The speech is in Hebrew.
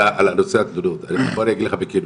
בוא אני אגיד לך בכנות.